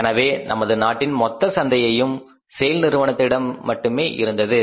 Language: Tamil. எனவே நமது நாட்டின் மொத்த சந்தையும் செய்ல் நிறுவனத்திடம் மட்டுமே இருந்தது